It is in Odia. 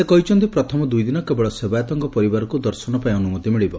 ସେ କହିଛନ୍ତି ପ୍ରଥମ ଦୁଇଦିନ କେବଳ ସେବାୟତଙ୍କ ପରିବାରକୁ ଦର୍ଶନ ପାଇଁ ଅନୁମତି ମିଳିବ